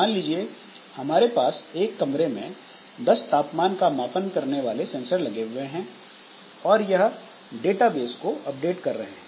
मान लीजिए हमारे पास एक कमरे में 10 तापमान का मापने वाले सेंसर लगे हुए हैं और यह डेटाबेस को अपडेट कर रहे हैं